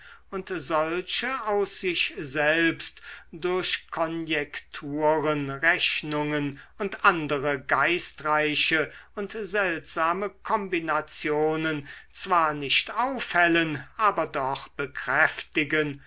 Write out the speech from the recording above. und solche aus sich selbst durch konjekturen rechnungen und andere geistreiche und seltsame kombinationen zwar nicht aufhellen aber doch bekräftigen